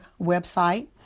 website